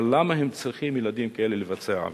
אבל למה הם צריכים, ילדים כאלה, לבצע עבירות?